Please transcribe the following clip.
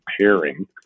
pairing